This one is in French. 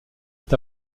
est